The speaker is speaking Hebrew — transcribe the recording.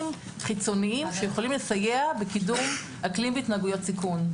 חיצוניים שיכולים לסייע בקידום אקלים והתנהגויות סיכון.